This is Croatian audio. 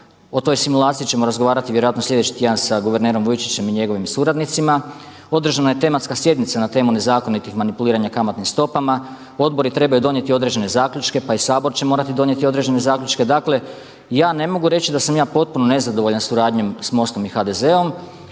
O toj simulaciji ćemo razgovarati vjerojatno sljedeći tjedan sa guvernerom Vujčićem i njegovim suradnicima. Održana je tematska sjednica na temu nezakonitih manipuliranja kamatnim stopama. Odbori trebaju donijeti određene zaključke, pa i Sabor će morati donijeti određene zaključke. Dakle, ja ne mogu reći da sam ja potpuno nezadovoljan suradnjom sa MOST-om i HDZ-om.